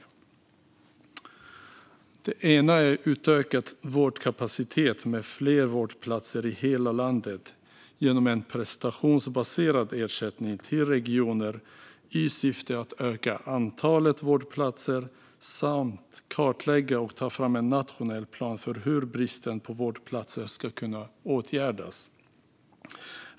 Regeringen gör en satsning på utökad vårdkapacitet med fler vårdplatser i hela landet genom en prestationsbaserad ersättning till regionerna i syfte att öka antalet vårdplatser samt genom att kartlägga och ta fram en nationell plan för hur bristen på vårdplatser ska kunna åtgärdas.